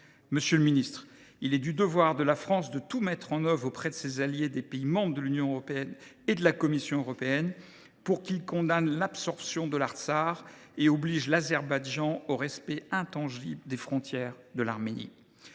Monsieur le ministre, il est du devoir de la France de tout mettre en œuvre auprès de ses alliés, des pays membres de l’Union européenne et de la Commission européenne pour qu’ils condamnent l’absorption de l’Artsakh et obligent l’Azerbaïdjan au respect intangible des frontières de l’Arménie.